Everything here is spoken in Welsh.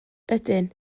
ydyn